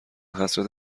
حسرت